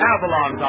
Avalon